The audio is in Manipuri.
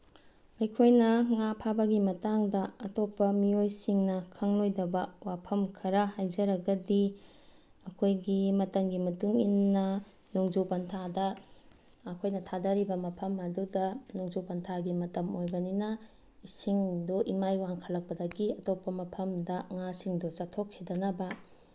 ꯑꯩꯈꯣꯏꯅ ꯉꯥ ꯐꯥꯕꯒꯤ ꯃꯇꯥꯡꯗ ꯑꯇꯣꯞꯄ ꯃꯤꯑꯣꯏꯁꯤꯡꯅ ꯈꯪꯂꯣꯏꯗꯕ ꯋꯥꯐꯝ ꯈꯔ ꯍꯥꯏꯖꯔꯒꯗꯤ ꯑꯩꯈꯣꯏꯒꯤ ꯃꯇꯝꯒꯤ ꯃꯇꯨꯡꯏꯟꯅ ꯅꯣꯡꯖꯨ ꯄꯟꯊꯥꯗ ꯑꯩꯈꯣꯏꯅ ꯊꯥꯊꯔꯤꯕ ꯃꯐꯝ ꯑꯗꯨꯗ ꯅꯣꯡꯖꯨ ꯄꯟꯊꯥꯒꯤ ꯃꯇꯝ ꯑꯣꯏꯕꯅꯤꯅ ꯏꯁꯤꯡꯗꯣ ꯏꯃꯥꯏ ꯋꯥꯡꯈꯠꯂꯛꯄꯗꯒꯤ ꯑꯇꯣꯞꯄ ꯃꯐꯝꯗ ꯉꯥꯁꯤꯡꯗꯣ ꯆꯠꯊꯣꯛꯈꯤꯗꯅꯕ